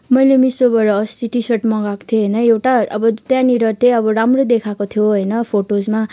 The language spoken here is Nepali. मैले मिसोबाट अस्ति टी सर्ट मगाएको थिएँ होइन एउटा अब त्यहाँनिर चाहिँ अब राम्रो देखाएको थियो होइन फोटोमा